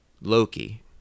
Loki